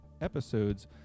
episodes